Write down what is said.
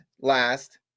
last